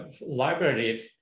libraries